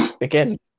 again